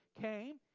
came